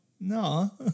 no